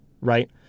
right